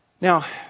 Now